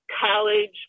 college